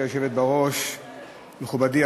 כשמגישים הסתייגויות מדברים גם על